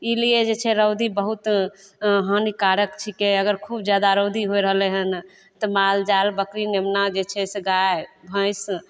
ई लिए जे छै रौदी बहुत हानिकारक छिकै अगर खूब जादा रौदी होय रहलै हन तऽ मालजाल बकरी मेमना जे छै से गाय भैंस